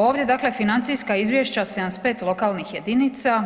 Ovdje, dakle financijska izvješća 75 lokalnih jedinica,